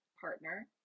partner